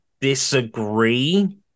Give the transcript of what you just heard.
disagree